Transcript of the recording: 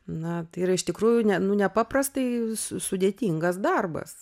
na tai yra iš tikrųjų ne nu nu nepaprastai su sudėtingas darbas